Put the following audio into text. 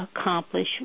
accomplish